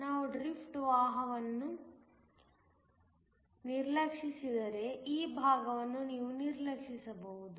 ನಾವು ಡ್ರಿಫ್ಟ್ ಪ್ರವಾಹವನ್ನು ನಿರ್ಲಕ್ಷಿಸಿದರೆ ಈ ಭಾಗವನ್ನು ನಾವು ನಿರ್ಲಕ್ಷಿಸುತ್ತೇವೆ